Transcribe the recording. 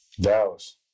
Dallas